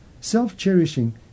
self-cherishing